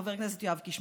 חבר הכנסת יואב קיש,